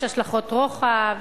יש השלכות רוחב,